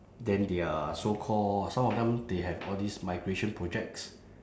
then they are so called some of them they have all these migration projects